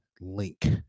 link